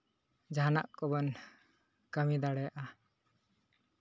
ᱡᱟᱦᱟᱱᱟᱜ ᱠᱚᱵᱚᱱ ᱠᱟᱹᱢᱤ ᱫᱟᱲᱮᱭᱟᱜᱼᱟ